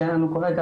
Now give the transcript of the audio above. שאין לנו כרגע,